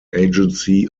agency